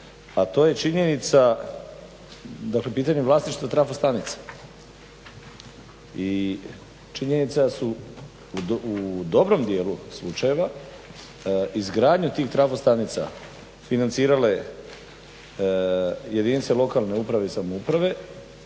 a to je činjenica dakle pitanje vlasništva trafostanice i činjenica su u dobrom dijelu slučajeva izgradnja tih trafostanica financirale jedinice lokalne uprave i samouprave.